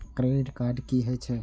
Credit card की हे छे?